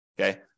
Okay